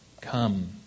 come